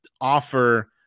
offer